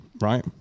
right